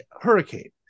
hurricane